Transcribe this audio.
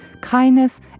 kindness